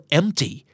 empty